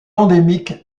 endémique